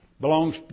Belongs